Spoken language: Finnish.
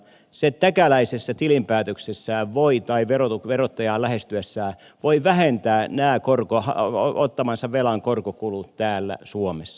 se täkäläisessä tilinpäätöksessään tai verottajaa lähestyessään voi vähentää ottamansa velan korkokulut täällä suomessa